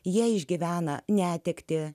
jei išgyvena netektį